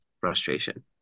frustration